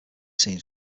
scenes